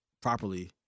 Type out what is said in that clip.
properly